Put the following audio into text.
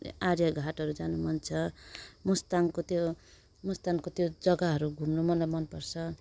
आर्यघाटहरू जानु मन छ मुस्ताङको त्यो मुस्ताङको त्यो जग्गाहरू घुम्नु मलाई मनपर्छ